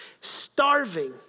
starving